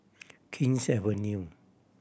King's Avenue